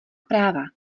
práva